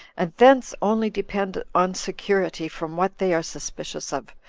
and thence only depend on security from what they are suspicious of,